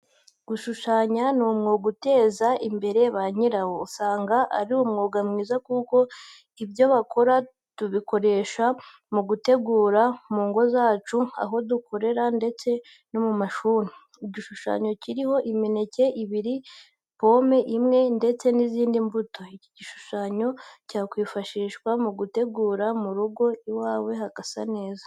Gushushanya ni umwuga uteza ba nyirawo umumuro, usanga ari umwuga mwiza kuko ibyo bakora tubikoresha mu gutegura mu ngo zacu, aho dukorera ndetse no mu mashuri. Igishushanyo kiriho imineke ibiri, pome imwe, ndetse n'izindi mbuto. Iki gishushanyo cyakwifashishwa mu gutegura mu rugo iwawe hagasa neza.